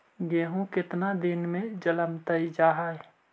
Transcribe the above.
गेहूं केतना दिन में जलमतइ जा है?